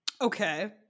Okay